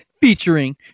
featuring